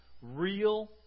real